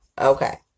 Okay